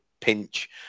pinch